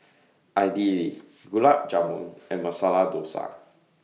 Idili Gulab Jamun and Masala Dosa